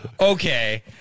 Okay